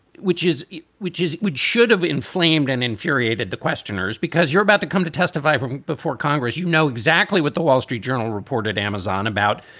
which is which is which should have inflamed and infuriated the questioners because you're about to come to testify before congress. you know exactly what the wall street journal reported amazon about,